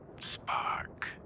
spark